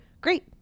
great